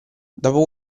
dopo